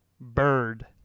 bird